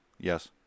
yes